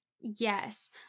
Yes